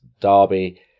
derby